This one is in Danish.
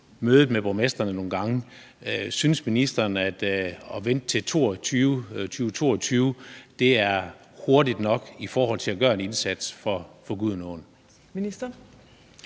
mødet med borgmestrene nogle gange. Synes ministeren, at det er hurtigt nok at vente til 2022 i forhold til at gøre en indsats for Gudenåen?